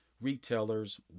retailers